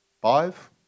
Five